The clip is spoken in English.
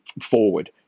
forward